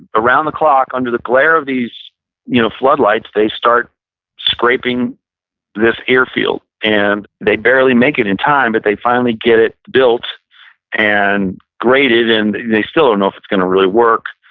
around the clock, under the glare of these you know floodlights, they start scraping this airfield. and they barely make it in time but they finally get it built and grated and they still don't um know if it's going to really work.